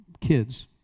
kids